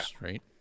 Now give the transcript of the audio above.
right